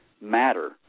matter